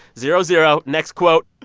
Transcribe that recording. zero zero. next quote